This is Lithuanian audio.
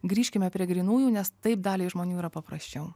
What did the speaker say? grįžkime prie grynųjų nes taip daliai žmonių yra paprasčiau